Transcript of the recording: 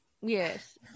Yes